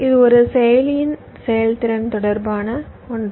இது ஒரு செயலியின் செயல்திறன் தொடர்பான ஒன்று